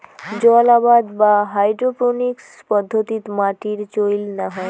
জলআবাদ বা হাইড্রোপোনিক্স পদ্ধতিত মাটির চইল না হয়